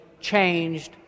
changed